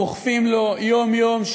דוחפים לו יום-יום,